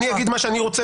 אני אגיד מה שאני רוצה.